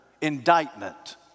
indictment